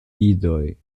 idoj